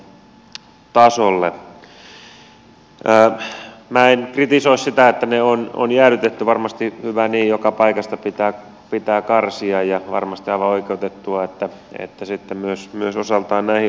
minä en kritisoi sitä että ne on jäädytetty varmasti hyvä niin joka paikasta pitää karsia ja varmasti on aivan oikeutettua että sitten myös osaltaan näihin on puututtu